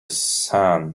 son